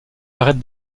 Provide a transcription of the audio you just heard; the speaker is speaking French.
arrête